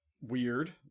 weird